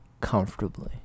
comfortably